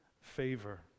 favor